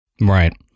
Right